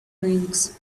rings